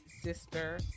sister